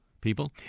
people